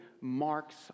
marks